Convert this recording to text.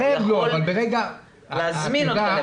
יכולים להזמין אותך לבדיקה.